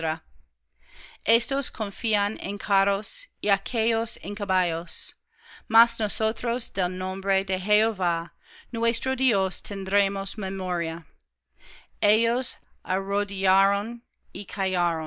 estos confían en carros y aquéllos en caballos mas nosotros del nombre de jehová nuestro dios tendremos memoria ellos arrodillaron